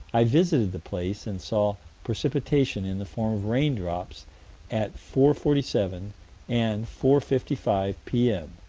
i visited the place, and saw precipitation in the form of rain drops at four forty seven and four fifty five p m,